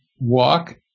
walk